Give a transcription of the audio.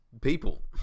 people